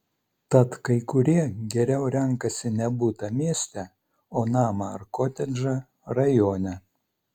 tad kai kurie geriau renkasi ne butą mieste o namą ar kotedžą rajone